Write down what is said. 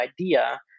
idea